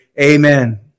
amen